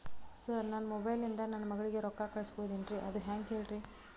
sir ನನ್ನ mobile ಇಂದ ನನ್ನ ಮಗಳಿಗೆ ರೊಕ್ಕಾ ಕಳಿಸಬಹುದೇನ್ರಿ ಅದು ಹೆಂಗ್ ಹೇಳ್ರಿ